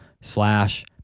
slash